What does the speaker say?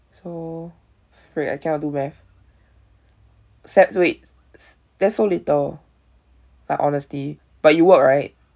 so freak I cannot do math that's so little like honestly but you work right